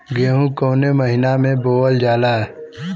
गेहूँ कवने महीना में बोवल जाला?